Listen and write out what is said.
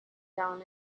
down